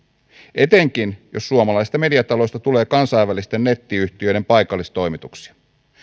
etenkin jos suomalaisista mediataloista tulee kansainvälisten nettiyhtiöiden paikallistoimituksia